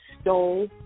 stole